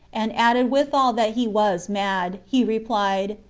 and added withal that he was mad, he replied,